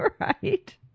Right